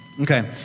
Okay